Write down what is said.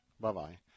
Bye-bye